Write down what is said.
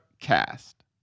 cast